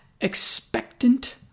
Expectant